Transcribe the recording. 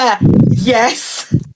Yes